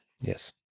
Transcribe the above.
Yes